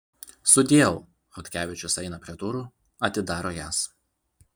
sudieu chodkevičius eina prie durų atidaro jas